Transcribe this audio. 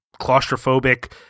claustrophobic